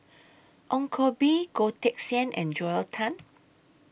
Ong Koh Bee Goh Teck Sian and Joel Tan